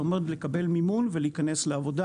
זה עומד לקבל מימון ולהיכנס לעבודה.